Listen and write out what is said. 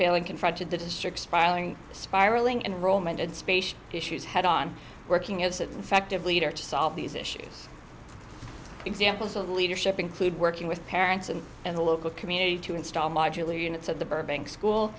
failing confronted the district spiling spiralling enrollment issues head on working as an affective leader to solve these issues examples of leadership include working with parents and and the local community to install modular units at the burbank school